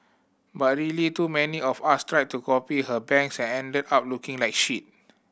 but really too many of us tried to copy her bangs and ended up looking like shit